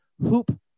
HOOP